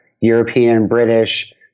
European-British